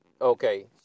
Okay